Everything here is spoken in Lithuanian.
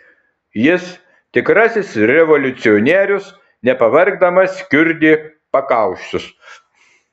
jis tikrasis revoliucionierius nepavargdamas kiurdė pakaušius